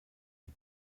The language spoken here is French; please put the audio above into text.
dit